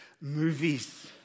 movies